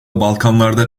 balkanlarda